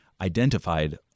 identified